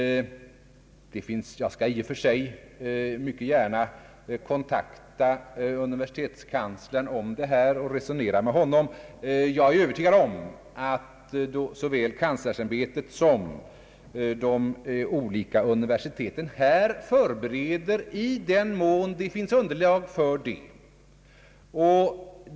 Jag skall i och för sig mycket gärna ta kontakt med universitetskanslern och diskutera denna fråga med honom. Jag är övertygad om att såväl universitetskanslersämbetet som de olika universiteten gör förberedelser i den mån det finns underlag för detta.